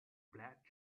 black